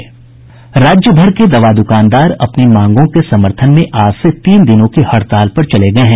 राज्य भर के दवा दुकानदार अपनी मांगों के समर्थन में आज से तीन दिनों की हड़ताल पर चले गये हैं